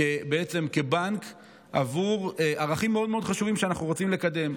כבנק עבור ערכים מאוד חשובים שאנחנו רוצים לקדם.